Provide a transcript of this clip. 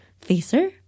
Facer